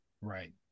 Right